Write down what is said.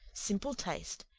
simple taste,